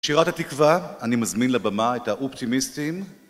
בשירת התקווה אני מזמין לבמה את האופטימיסטים